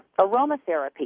aromatherapy